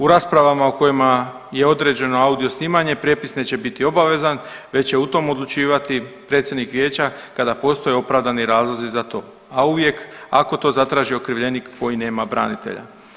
U raspravama u kojima je određeno audio snimanje prijepis neće biti obavezan već će o tome odlučivati predsjednik vijeća kada postoje opravdani razlozi za to, a uvijek ako to zatraži okrivljenik koji nema branitelja.